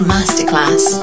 Masterclass